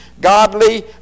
godly